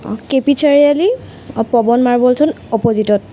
কে P Chariali Pawan মাৰ্বলছত অপ'জিতত